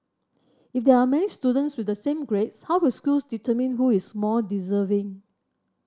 if there are many students with the same grades how will schools determine who is more deserving